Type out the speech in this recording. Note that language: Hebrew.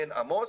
בן-עמוס,